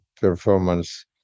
performance